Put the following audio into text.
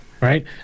Right